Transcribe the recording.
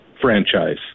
franchise